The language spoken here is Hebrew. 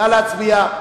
נא להצביע,